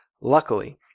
Luckily